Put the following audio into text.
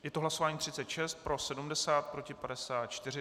Je to hlasování 36 , pro 70, proti 54.